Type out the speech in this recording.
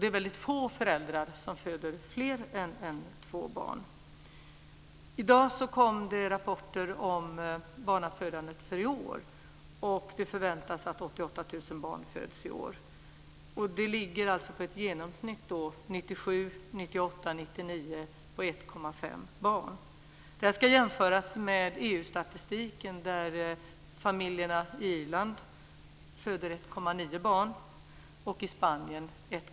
Det är väldigt få föräldrar som har fler än två barn. I dag kom det rapporter om barnafödandet för i år. Det förväntas att det föds 88 000 barn i år. Genomsnittet för 1997-1999 blir då 1,5 barn. Detta ska jämföras med EU-statistiken som visar att familjerna i barn.